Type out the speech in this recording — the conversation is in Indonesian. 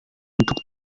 untuk